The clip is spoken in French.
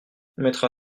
mettra